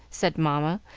said mamma,